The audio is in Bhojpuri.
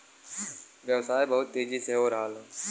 व्यवसाय बहुत तेजी से हो रहल हौ